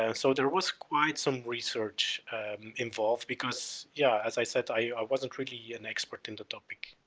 and so there was quite some research involved because, yeah, as i said i wasn't really an expert in the topic.